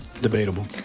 Debatable